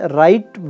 right